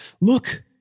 Look